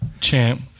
champ